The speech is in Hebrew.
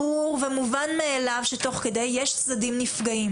ברור ומובן מאליו שתוך כדי יש צדדים נפגעים